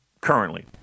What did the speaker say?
currently